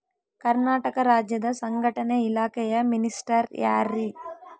ಕರ್ನಾಟಕ ರಾಜ್ಯದ ಸಂಘಟನೆ ಇಲಾಖೆಯ ಮಿನಿಸ್ಟರ್ ಯಾರ್ರಿ?